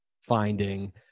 finding